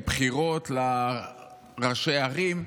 עם בחירות לראשי הערים,